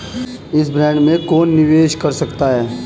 इस बॉन्ड में कौन निवेश कर सकता है?